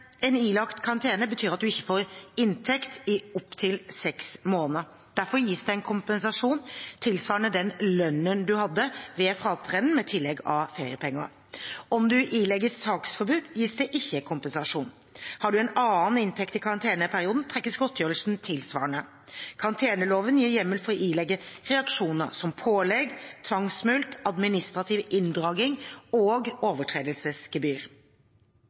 En ilagt karantene betyr at man ikke får inntekt i opptil seks måneder. Derfor gis det en kompensasjon tilsvarende den lønnen man hadde ved fratreden, med tillegg av feriepenger. Om man ilegges saksforbud, gis det ikke kompensasjon. Har man en annen inntekt i karanteneperioden, trekkes godtgjørelsen tilsvarende. Karanteneloven gir hjemmel for å ilegge reaksjoner som pålegg, tvangsmulkt, administrativ inndragning og overtredelsesgebyr.